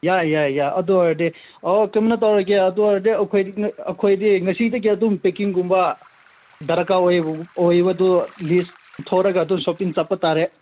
ꯌꯥꯏ ꯌꯥꯏ ꯌꯥꯏ ꯑꯗꯨ ꯑꯣꯏꯔꯗꯤ ꯑꯣ ꯑꯗꯨꯝꯅ ꯇꯧꯔꯒꯦ ꯑꯗꯨ ꯑꯣꯏꯔꯗꯤ ꯑꯩꯈꯣꯏ ꯑꯩꯈꯣꯏꯗꯤ ꯉꯁꯤꯗꯒꯤ ꯑꯗꯨꯝ ꯄꯦꯛꯀꯤꯡꯒꯨꯝꯕ ꯗꯔꯀꯥꯔ ꯑꯣꯏꯕ ꯑꯣꯏꯕꯗꯨ ꯂꯤꯁ ꯏꯊꯣꯛꯂꯒ ꯑꯗꯨ ꯁꯣꯞꯄꯤꯡ ꯆꯠꯄ ꯇꯥꯔꯦ